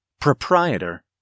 Proprietor